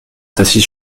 s’assit